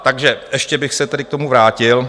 Takže ještě bych se tedy k tomu vrátil.